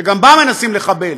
שגם בה מנסים לחבל,